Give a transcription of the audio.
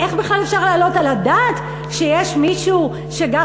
איך בכלל אפשר להעלות על הדעת שיש מישהו שגר